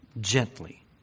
gently